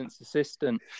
assistant